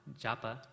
japa